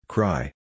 Cry